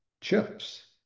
chips